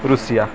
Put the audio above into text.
Russia